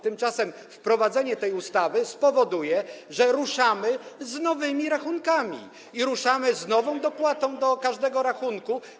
Tymczasem wprowadzenie tej ustawy spowoduje, że ruszamy z nowymi rachunkami i ruszamy z nową dopłatą do każdego rachunku.